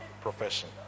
profession